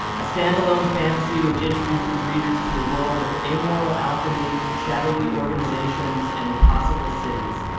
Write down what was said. a standalone fantasy which introduces readers to a world of amoral alchemy, shadowy organizations and impossible cities,